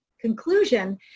conclusion